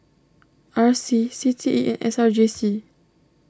R C C T E and S R J C